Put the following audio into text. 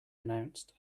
announced